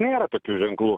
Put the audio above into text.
nėra tokių ženklų